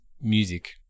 music